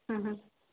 हं हं